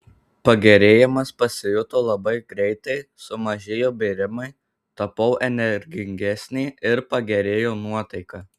pagerėjimas pasijuto labai greitai sumažėjo bėrimai tapau energingesnė ir pagerėjo nuotaika